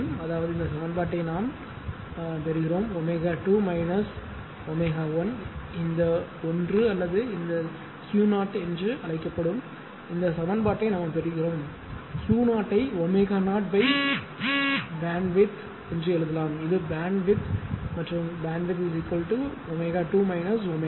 அதாவது இந்த சமன்பாட்டை நாம் பெறுகிறோம் ω2 ω 1 இந்த ஒன்று அல்லது இந்த Q0 என்று அழைக்கப்படும் இந்த சமன்பாட்டை நாம் பெறுகிறோம் Q0 ஐ ω0 BW என்றும் எழுதலாம் இது பேண்ட்வித் மற்றும் BW ω2 ω 1